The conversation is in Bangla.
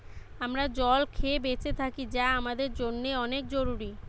আমরা জল খেয়ে বেঁচে থাকি যা আমাদের জন্যে অনেক জরুরি